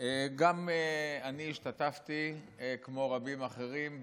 גם אני השתתפתי, כמו רבים אחרים,